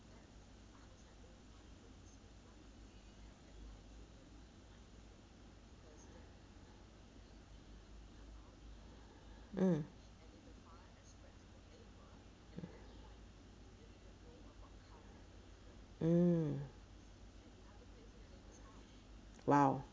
mm !wow!